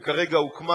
וכרגע הוקמה,